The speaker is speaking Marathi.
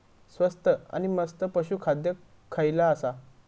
स्वस्त आणि मस्त पशू खाद्य खयला आसा?